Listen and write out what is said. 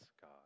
God